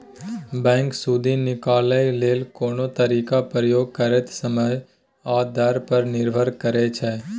bank सुदि निकालय लेल कोन तरीकाक प्रयोग करतै समय आ दर पर निर्भर करै छै